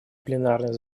пленарное